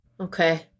Okay